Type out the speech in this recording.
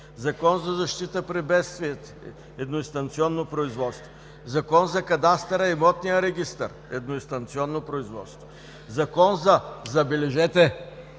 Закон за защита при бедствията – едноинстанционно производство; Закон за кадастъра и имотния регистър – едноинстанционно производство; забележете,